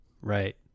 right